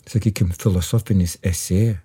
sakykim filosofinis esė